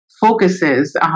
focuses